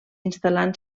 instal·lant